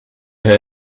her